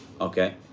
okay